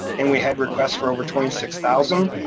and we had requests for over twenty six thousand.